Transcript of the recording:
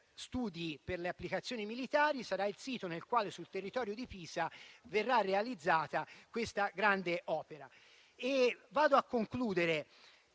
studi per le applicazioni militari sarà il sito nel quale sul territorio di Pisa verrà realizzata questa grande opera. In conclusione,